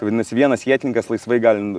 tai vadinasi vienas ietininkas laisvai gali